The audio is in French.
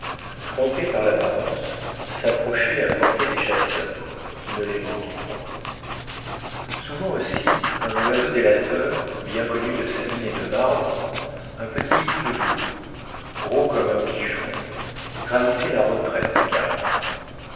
trompés par l'apparence s'approchaient à portée des chasseurs qui ne les manquaient point souvent aussi un oiseau délateur bien connu de sabine et de marbre un petit hibou de jour gros comme un pigeon trahissait la retraite des caribous